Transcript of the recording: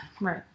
Right